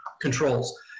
controls